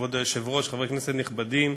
כבוד היושבת-ראש, חברי כנסת נכבדים,